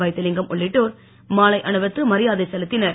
வைத்திலிங்கம் உள்ளிட்டோர் மாலை அணிவித்து மரியாதை செலுத்தினர்